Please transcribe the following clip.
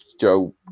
Joe